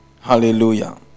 hallelujah